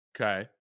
Okay